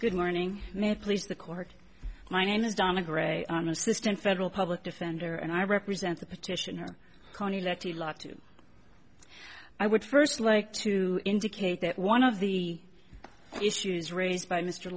good morning may please the court my name is donna gray on assistant federal public defender and i represent the petitioner county let a lot to i would first like to indicate that one of the issues raised by mr